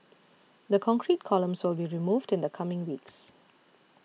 the concrete columns will be removed in the coming weeks